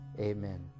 amen